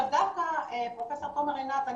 דווקא פרופ' תומר עינת,